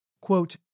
Quote